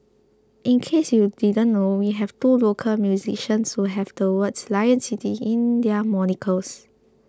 in case you didn't know we have two local musicians who have the words Lion City in their monikers